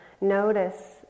notice